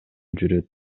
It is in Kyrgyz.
жүрөт